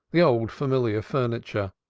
the old familiar furniture,